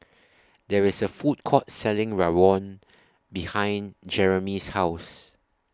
There IS A Food Court Selling Rawon behind Jereme's House